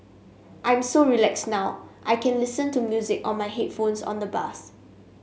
I'm so relaxed now I can listen to music on my headphones on the bus